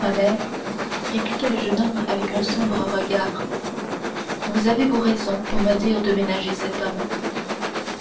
ma mère répliqua le jeune homme avec un sombre regard vous avez vos raisons pour me dire de ménager cet homme